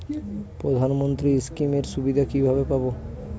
প্রধানমন্ত্রী স্কীম এর সুবিধা কিভাবে পাবো?